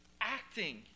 acting